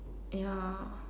ya